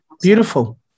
Beautiful